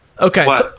Okay